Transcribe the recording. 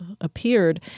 appeared